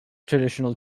traditional